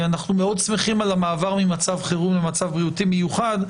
אנחנו שמחים מאוד על המעבר ממצב חירום למצב בריאותי מיוחד,